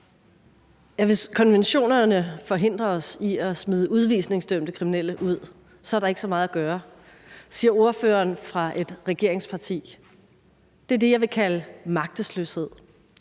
Hvis konventionerne forhindrer os i at smide udvisningsdømte kriminelle ud, så er der ikke så meget at gøre. Det siger ordføreren fra et regeringsparti. Det er det, jeg vil kalde magtesløshed.